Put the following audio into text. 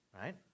Right